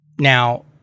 Now